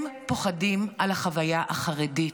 הם פוחדים על החוויה החרדית.